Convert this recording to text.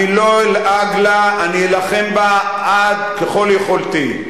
אני לא אלעג לה, אני אלחם בה עד, ככל יכולתי.